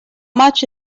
much